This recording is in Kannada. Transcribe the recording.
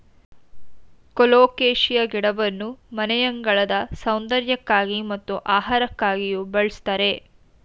ಕೊಲೋಕೇಶಿಯ ಗಿಡವನ್ನು ಮನೆಯಂಗಳದ ಸೌಂದರ್ಯಕ್ಕಾಗಿ ಮತ್ತು ಆಹಾರಕ್ಕಾಗಿಯೂ ಬಳ್ಸತ್ತರೆ